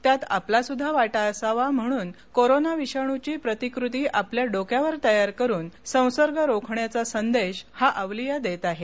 त्यात आपलासुद्धा वाती असावा म्हणून कोरोना विषाणूची प्रतिकृती आपल्या डोक्यावर तयार करून संसर्ग रोखण्याचा संदेश हा अवलिया देत आहे